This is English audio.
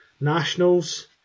Nationals